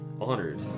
honored